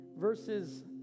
Verses